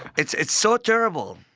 it's it's so terrible,